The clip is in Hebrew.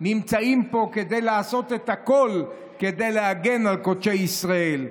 נמצאים פה כדי לעשות את הכול כדי להגן על קודשי ישראל.